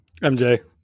MJ